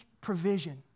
provision